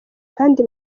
kandi